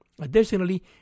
Additionally